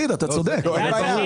איזה נכסים יש לחברה?